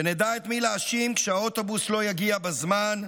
שנדע את מי להאשים כשהאוטובוס לא יגיע בזמן,